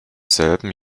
selben